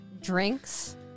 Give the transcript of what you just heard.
drinks